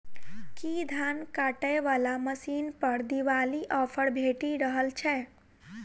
की धान काटय वला मशीन पर दिवाली ऑफर भेटि रहल छै?